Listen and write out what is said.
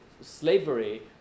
slavery